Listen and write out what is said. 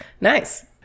Nice